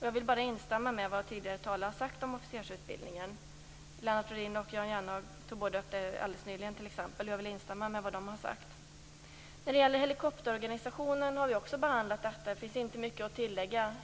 Jag vill bara instämma i vad tidigare talare har sagt om detta. Lennart Rohdin och Jan Jennehag tog båda upp detta nyss. Vi har också behandlat frågan om helikopterdivisioner, och det finns inte mycket att tillägga.